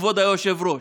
כבוד היושב-ראש.